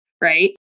right